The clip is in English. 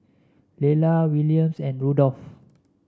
Lella Williams and Rudolph